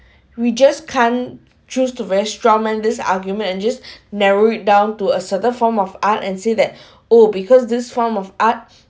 we just can't choose to very straw man's argument